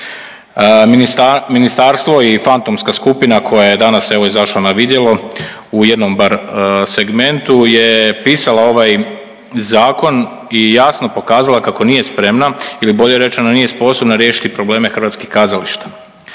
Ministarstvo i fantomska skupina koja danas, evo, izašla na vidjelo u jednom, bar, segmentu je pisala ovaj Zakon i jasno pokazala kako nije spremna ili bolje rečeno, nije sposobna riješiti probleme hrvatskih kazališta.